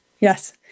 Yes